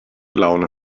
laune